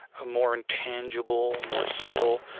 ah more intangible, more subtle,